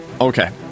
Okay